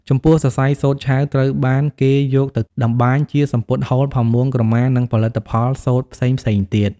ចំពោះសរសៃសូត្រឆៅត្រូវបានគេយកទៅតម្បាញជាសំពត់ហូល ផាមួង ក្រមា និងផលិតផលសូត្រផ្សេងៗទៀត។